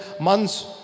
months